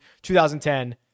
2010